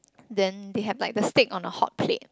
then they have like the stake on the hot plate